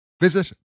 Visit